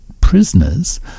prisoners